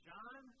John